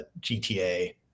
gta